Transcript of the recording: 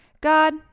God